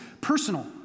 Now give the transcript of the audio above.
personal